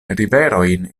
riverojn